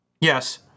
Yes